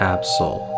Absol